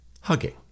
hugging